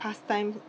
pastime